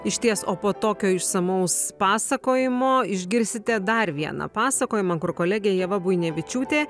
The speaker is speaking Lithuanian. išties o po tokio išsamaus pasakojimo išgirsite dar vieną pasakojimą kur kolegė ieva buinevičiūtė